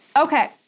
Okay